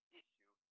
issue